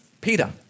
Peter